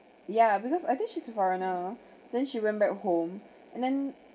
ya because I think she's a foreigner then she went back home and then